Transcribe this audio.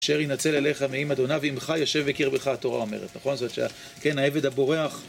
אשר ינצל אליך מעם אדוניו ועמך יישב בקרבך, התורה אומרת. נכון? זאת אומרת ש, כן, העבד הבורח